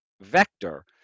vector